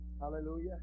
Hallelujah